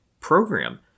program